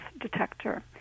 detector